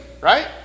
right